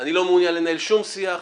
אני לא מעוניין לנהל שום שיח,